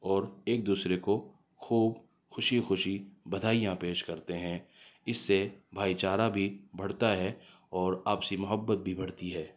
اور ایک دوسرے کو خوب خوشی خوشی بدھائیاں پیش کرتے ہیں اس سے بھائی چارہ بھی بڑھتا ہے اور آپسی محبت بھی بڑھتی ہے